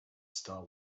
star